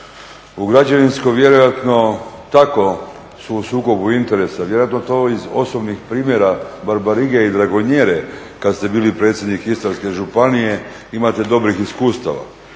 u … vjerojatno tako su u sukobu interesa, vjerojatno to iz osobnih primjera … kad ste bili predsjednik Istarske županije imate dobrih iskustava.